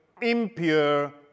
impure